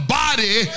body